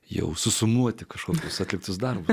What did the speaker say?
jau susumuoti kažkokius atliktus darbus